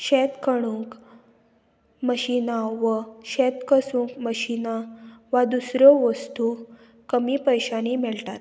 शेत खणूंक मशिनां व शेत कसूंक मशिनां वा दुसऱ्यो वस्तू कमी पयशांनी मेळटात